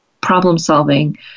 problem-solving